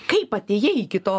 kaip atėjai iki to